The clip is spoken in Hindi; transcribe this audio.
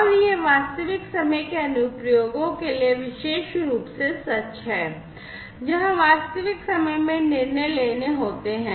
और यह वास्तविक समय के अनुप्रयोगों के लिए विशेष रूप से सच है जहाँ वास्तविक समय में निर्णय लेने होते हैं